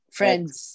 friends